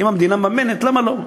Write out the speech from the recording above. אם המדינה מממנת, למה לא?